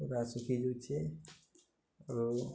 ପୁରା ଶୁଖି ଯୁଛେ ଆରୁ